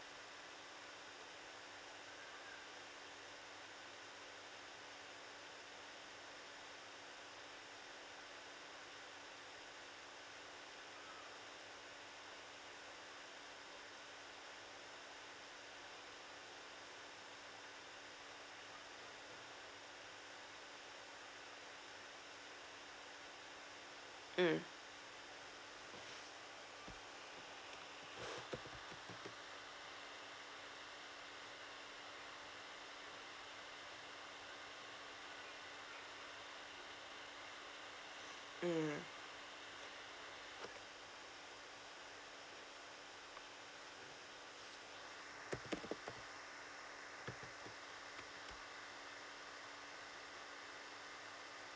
mm mm